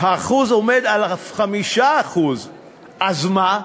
האחוז עומד על 5%. אז מה?